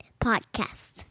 Podcast